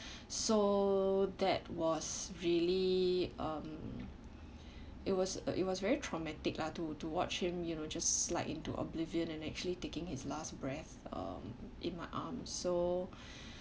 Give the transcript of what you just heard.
so that was really um it was uh it was very traumatic lah to to watch him you know just slide into oblivion and actually taking his last breath um in my arms so